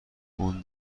اون